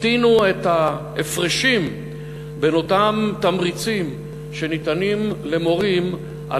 הקטינו את ההפרשים בין אותם תמריצים שניתנים למורים על